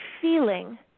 feeling